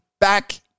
back